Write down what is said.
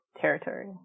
territory